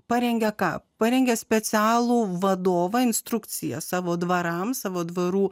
parengė ką parengė specialų vadovą instrukciją savo dvarams savo dvarų